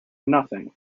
nothing